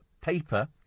paper